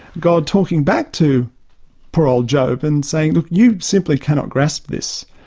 god talking back to poor old job and saying you simply cannot grasp this.